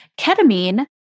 Ketamine